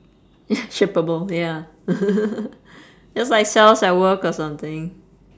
ya shapable ya just like cells at work or something